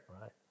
Right